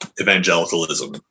evangelicalism